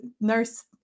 nurse